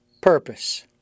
purpose